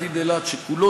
מתעשייה